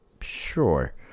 Sure